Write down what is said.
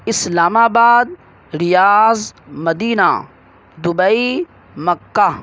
اسلام آباد Riyadh Medina Dubai مَکّہ